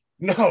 No